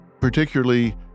particularly